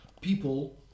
people